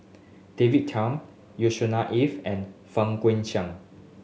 David Tham Yusnor Ef and Fang Guixiang